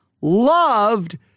loved